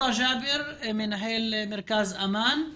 מנהל מרכז אמאן,